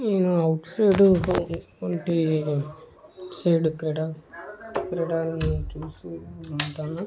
నేను అవుట్సైడ్ వంటి అవుట్సైడ్ క్రీడ క్రీడలను చూస్తు ఉంటాను ఉంటాను